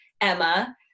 Emma